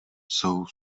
jsou